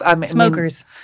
Smokers